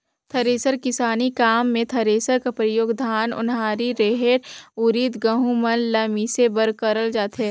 thresher किसानी काम मे थरेसर कर परियोग धान, ओन्हारी, रहेर, उरिद, गहूँ मन ल मिसे बर करल जाथे